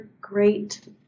great